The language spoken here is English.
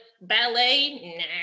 ballet